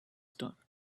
star